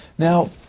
Now